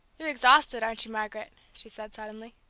you're exhausted, aren't you, margaret? she said suddenly.